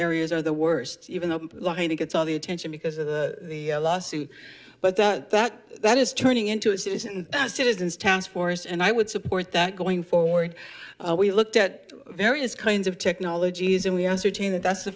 areas are the worst even the line it gets all the attention because of the lawsuit but that that that is turning into a citizen citizens task force and i would support that going forward we looked at various kinds of technologies and we ascertain that that's the